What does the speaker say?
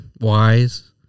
wise